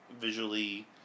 visually